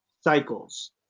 cycles